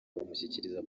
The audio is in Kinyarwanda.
bamushyikiriza